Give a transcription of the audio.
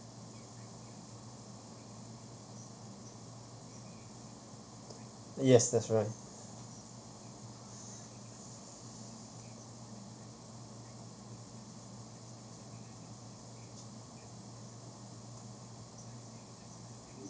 yes that's right